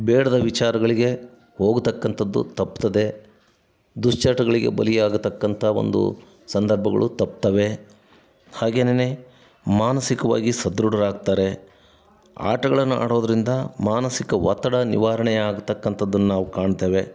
ಬೇಡದ ವಿಚಾರಗಳಿಗೆ ಹೋಗತಕ್ಕಂಥದ್ದು ತಪ್ತದೆ ದುಶ್ಚಟಗಳಿಗೆ ಬಲಿಯಾಗತಕ್ಕಂಥ ಒಂದು ಸಂದರ್ಭಗಳು ತಪ್ತವೆ ಹಾಗೆನೆ ಮಾನಸಿಕವಾಗಿ ಸದೃಢರಾಗ್ತಾರೆ ಆಟಗಳನ್ನು ಆಡೋದರಿಂದ ಮಾನಸಿಕ ಒತ್ತಡ ನಿವಾರಣೆ ಆಗ್ತಕ್ಕಂಥದ್ದನ್ನು ನಾವು ಕಾಣ್ತೇವೆ